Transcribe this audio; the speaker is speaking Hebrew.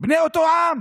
בני אותו עם.